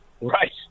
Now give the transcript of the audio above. Right